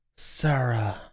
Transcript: Sarah